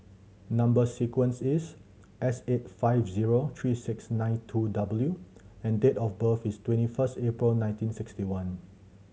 number sequence is S eight five zero three six nine two W and date of birth is twenty first April nineteen sixty one